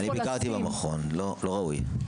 אני ביקרתי במכון לא ראוי.